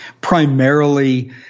primarily